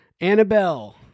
Annabelle